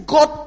God